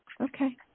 Okay